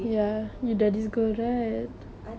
I think I'm like in the middle